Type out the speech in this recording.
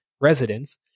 residents